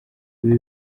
ibi